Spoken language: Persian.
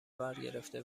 برگرفته